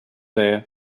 there